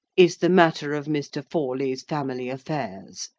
is the matter of mr. forley's family affairs.